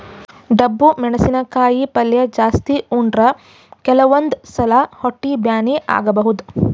ಡಬ್ಬು ಮೆಣಸಿನಕಾಯಿ ಪಲ್ಯ ಜಾಸ್ತಿ ಉಂಡ್ರ ಕೆಲವಂದ್ ಸಲಾ ಹೊಟ್ಟಿ ಬ್ಯಾನಿ ಆಗಬಹುದ್